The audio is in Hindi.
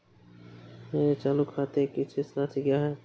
मेरे चालू खाते की शेष राशि क्या है?